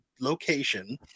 location